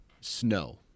snow